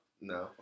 no